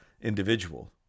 individual